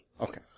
Okay